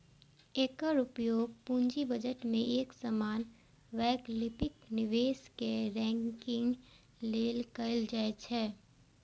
एकर उपयोग पूंजी बजट मे एक समान वैकल्पिक निवेश कें रैंकिंग लेल कैल जाइ छै